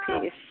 peace